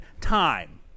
time